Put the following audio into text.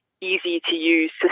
easy-to-use